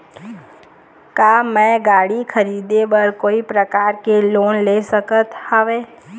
का मैं गाड़ी खरीदे बर कोई प्रकार के लोन ले सकत हावे?